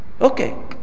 okay